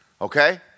Okay